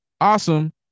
awesome